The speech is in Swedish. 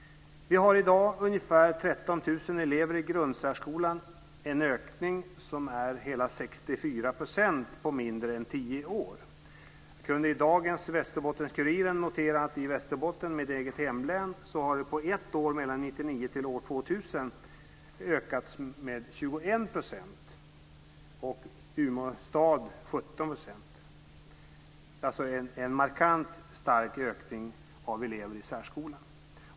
Vi har i dag ungefär 13 000 elever i grundsärskolan. Det är en ökning med hela 64 % på mindre än tio år. Jag kunde i dagens Västerbottens-Kuriren notera att i Västerbotten, mitt eget hemlän, har på ett år mellan år 1999 och år 2000 antalet elever ökat med 21 %. I Umeå stad har antalet ökat med 17 %. Det är en markant stark ökning av antalet elever i särskolan.